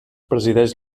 presideix